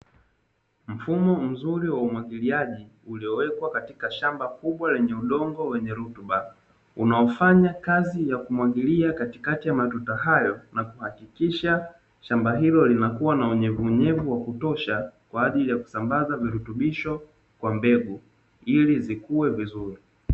Mfumo mzuri wa umwagiliaji iliyowekwa katika shamba kubwa lenye udongo wenye rutuba. Unaofanya kazi ya kumwagilia katika ya matuta hayo, na kuhakikisha shamba ilo linakuwa na unyevuunyevu wa kutosha. Kwa ajili ya kusambaza virutubisho kwa mbegu ili zikue vizuri.